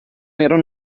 nero